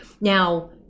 now